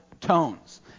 tones